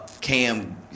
Cam